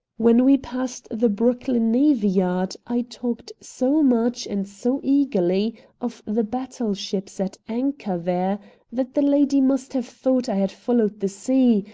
when we passed the brooklyn navy yard i talked so much and so eagerly of the battle-ships at anchor there that the lady must have thought i had followed the sea,